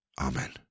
Amen